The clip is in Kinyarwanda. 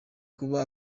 kuba